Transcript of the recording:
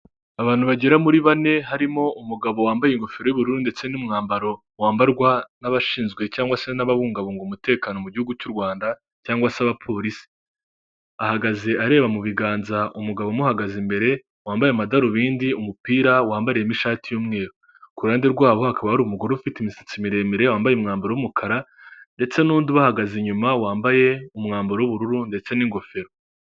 Abantu bagera muri bane harimo umugabo wambaye ingofero y'ubururu ndetse n'umwambaro wambarwa n'abashinzwe cyangwa se n'ababungabunga umutekano mu gihugu cy'u Rwanda cyangwa se abapolisi, ahagaze areba mu biganza umugabo umuhagaze imbere, wambaye amadarubindi umupira wambariyemo ishati y'umweru, ku ruhande rwabo hakaba hari umugore ufite imisatsi miremire wambaye umwambaro w'umukara ndetse n'undi ubahagaze inyuma wambaye umwambaro w'ubururu ndetse n'ingofero.